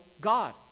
God